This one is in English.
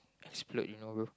explored you know bro